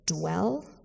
dwell